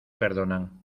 perdonan